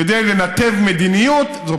כדי לנתב מדיניות, זו